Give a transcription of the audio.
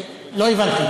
לא הבנתי.